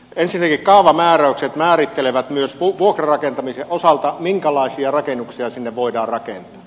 ensinnäkin kaavamääräykset määrittelevät myös vuokrarakentamisen osalta minkälaisia rakennuksia sinne voi rakentaa